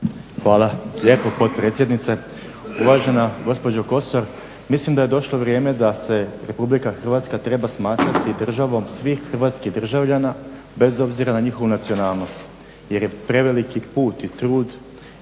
Hvala lijepo potpredsjednice. Uvažena gospođo Kosor mislim da je došlo vrijeme da se RH treba smatrati državom svih hrvatskih državljana bez obzira na njihovu nacionalnost jer je preveliki put i trud